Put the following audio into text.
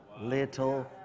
little